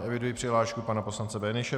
Eviduji přihlášku pana poslance Böhnische.